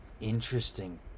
interesting